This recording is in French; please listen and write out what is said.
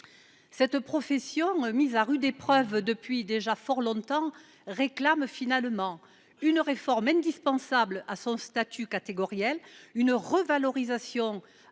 Cette profession, mise à rude épreuve depuis déjà fort longtemps, réclame une réforme indispensable de son statut catégoriel, une revalorisation